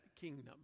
kingdom